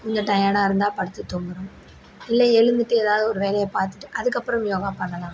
கொஞ்சம் டயர்டாக இருந்தால் படுத்து தூங்குகிறோம் இல்லை எழுந்துவிட்டு ஏதாவது ஒரு வேலையை பார்த்துட்டு அதுக்கப்புறம் யோகா பண்ணலாம்